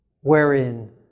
wherein